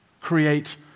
create